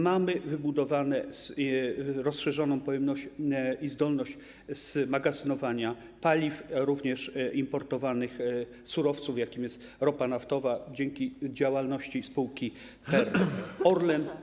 Mamy wybudowane... mamy rozszerzoną pojemność i zdolność magazynowania paliw, również importowanych surowców, jakim jest ropa naftowa, dzięki działalności spółki PKN Orlen.